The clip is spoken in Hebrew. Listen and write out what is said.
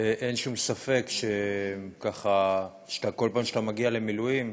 אין שום ספק שבכל פעם שאתה מגיע למילואים,